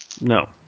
No